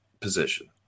position